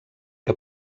que